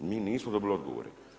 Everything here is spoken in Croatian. Mi nismo dobili odgovore.